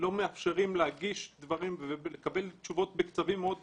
שלא מאפשרים להגיש דברים ולקבל תשובות בקצבים מאוד גבוהים,